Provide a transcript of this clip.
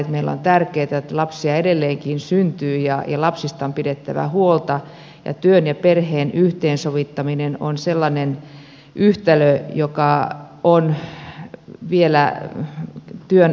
meille on tärkeätä että lapsia edelleenkin syntyy ja lapsista on pidettävä huolta ja työn ja perheen yhteensovittaminen on sellainen yhtälö joka on vielä työn alla